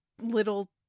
little